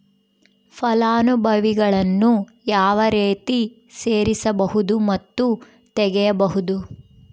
ಫಲಾನುಭವಿಗಳನ್ನು ಯಾವ ರೇತಿ ಸೇರಿಸಬಹುದು ಮತ್ತು ತೆಗೆಯಬಹುದು?